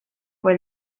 fue